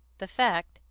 the fact,